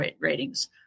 ratings